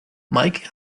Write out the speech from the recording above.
meike